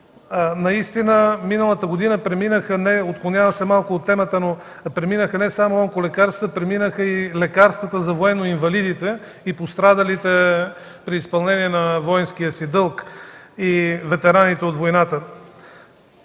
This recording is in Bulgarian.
Наистина миналата година преминаха, отклонявам се малко от темата, не само онколекарства, преминаха и лекарствата за военно-инвалидите и пострадалите при изпълнение на воинския си дълг и ветераните от войната.